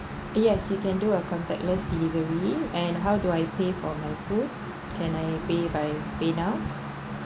yes you can do a contactless delivery and how do I pay for my food can I pay by paynow